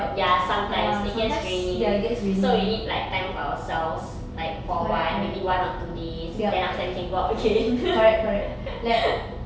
ya sometimes it gets draining so we need like time for ourselves like for awhile maybe one or two days then after that we can go out again